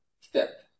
step